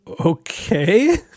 okay